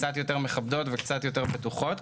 קצת יותר מכבדות וקצת יותר בטוחות.